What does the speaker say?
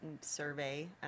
Survey